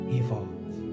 evolve